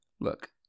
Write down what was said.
Look